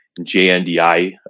JNDI